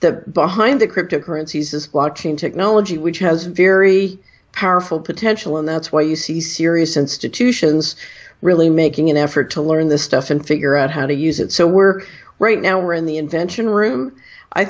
behind the crypt of currencies is watching technology which has very powerful potential and that's why you see serious institutions really making an effort to learn this stuff and figure out how to use it so we're right now we're in the invention room i